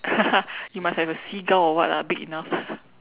you must have a seagull or what lah big enough